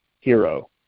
hero